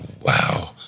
wow